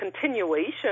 continuation